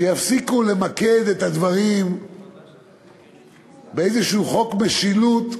שראוי שיפסיקו למקד את הדברים באיזה חוק משילות,